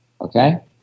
okay